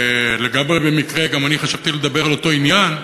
לגמרי במקרה גם אני חשבתי לדבר על אותו עניין,